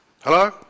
Hello